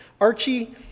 Archie